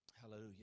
Hallelujah